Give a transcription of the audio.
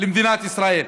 למדינת ישראל.